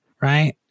right